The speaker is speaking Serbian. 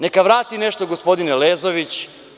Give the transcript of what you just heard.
Neka vrati nešto gospodin Elezović.